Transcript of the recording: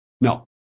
No